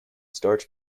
starch